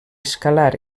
escalar